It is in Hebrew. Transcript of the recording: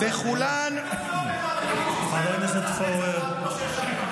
חבר הכנסת פורר.